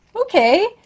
Okay